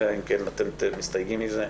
אלא אם אתם מסתייגים מזה,